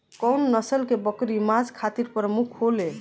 कउन नस्ल के बकरी मांस खातिर प्रमुख होले?